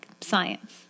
science